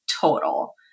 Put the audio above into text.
total